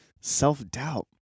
self-doubt